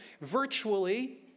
virtually